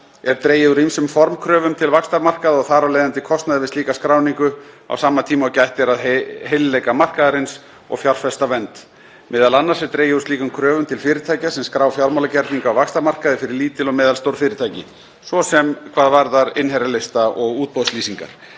er dregið úr ýmsum formkröfum til vaxtarmarkaða og þar af leiðandi kostnaði við slíka skráningu á sama tíma og gætt er að heilleika markaðarins og fjárfestavernd. Meðal annars er dregið úr slíkum kröfum til fyrirtækja sem skrá fjármálagerninga á vaxtarmarkaði fyrir lítil og meðalstór fyrirtæki, svo sem hvað varðar innherjalista og útboðslýsingar.